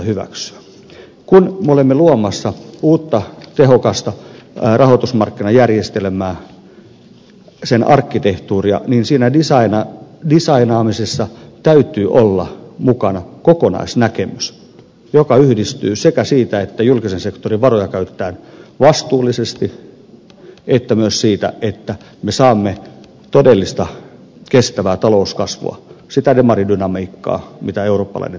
kun me olemme luomassa uutta tehokasta rahoitusmarkkinajärjestelmää sen arkkitehtuuria niin siinä disainaamisessa täytyy olla mukana kokonaisnäkemys joka yhdistyy sekä siitä että julkisen sektorin varoja käytetään vastuullisesti että myös siitä että me saamme todellista kestävää talouskasvua sitä demaridynamiikkaa jota eurooppalainen talous tarvitsee